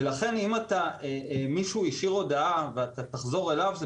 ולכן אם מישהו השאיר הודעה ואתה תחזור אליו זה